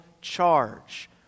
charge